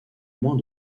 moins